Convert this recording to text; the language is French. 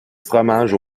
fromage